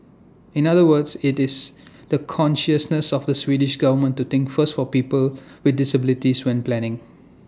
in other words IT is the consciousness of the Swedish government to think first for persons with disabilities when planning